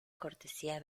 cortesía